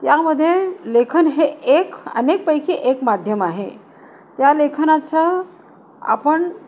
त्यामध्ये लेखन हे एक अनेक पैकी एक माध्यम आहे त्या लेखनाचं आपण